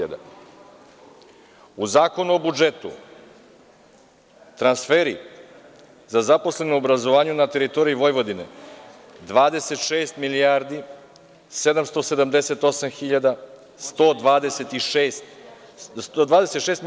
U zakonu o budžetu, transferi za zaposlene u obrazovanju na teritoriji Vojvodine – 26.778.126.000.